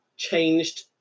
changed